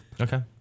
Okay